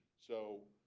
so